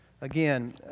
Again